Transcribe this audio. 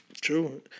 True